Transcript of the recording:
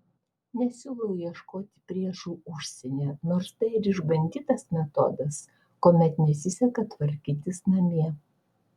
nesiūlau ieškoti priešų užsienyje nors tai ir išbandytas metodas kuomet nesiseka tvarkytis namie